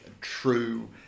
true